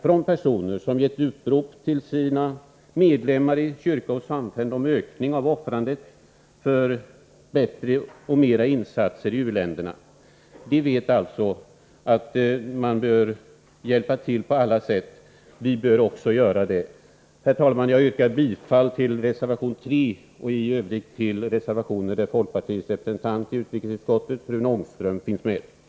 Det är således ett upprop till medlemmarna i kyrkor och samfund om en ökning av offrandet till förmån för bättre, och fler, insatser i u-länderna. Vi vet att man bör hjälpa till på olika sätt. Vi bör också hjälpa till. Herr talman! Jag yrkar bifall till reservation 3 och i övrigt till de reservationer som folkpartiets representant i utrikesutskottet, Rune Ångström, varit med om att underteckna.